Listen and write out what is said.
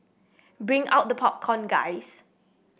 bring out the popcorn guys